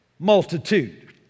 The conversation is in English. multitude